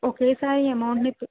ఒకేసారి అమౌంట్ని పే